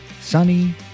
sunny